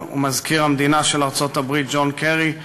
ומזכיר המדינה של ארצות-הברית ג'ון קרי,